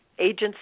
agents